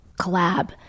collab